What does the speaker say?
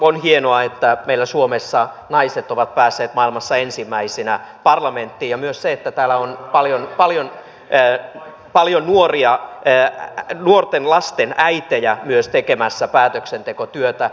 on hienoa että meillä suomessa naiset ovat päässeet maailmassa ensimmäisinä parlamenttiin ja myös se että täällä on paljon nuoria nuorten lasten äitejä tekemässä päätöksentekotyötä